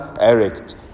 erect